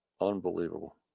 Unbelievable